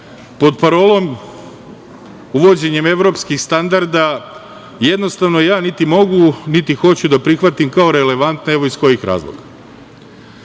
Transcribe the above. pod parolom „uvođenjem evropskih standarda“, jednostavno ja, niti mogu, niti hoću da prihvatim kao relevantnu evo iz kojih razloga.